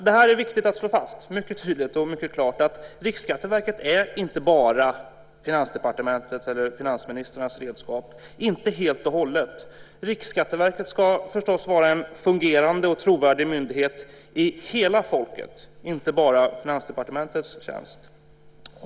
Det är viktigt att tydligt och klart slå fast att Riksskatteverket inte bara är Finansdepartementets eller finansministrarnas redskap. Riksskatteverket ska vara en fungerande och trovärdig myndighet i hela folkets, inte bara Finansdepartementets, tjänst.